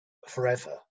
forever